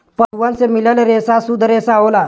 पसुअन से मिलल रेसा सुद्ध रेसा होला